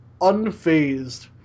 unfazed